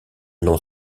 n’en